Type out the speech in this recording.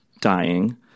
dying